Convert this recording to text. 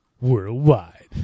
worldwide